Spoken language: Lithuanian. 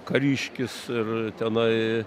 kariškis ir tenai